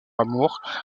amour